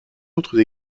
autre